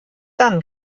dann